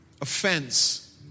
offense